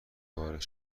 وارد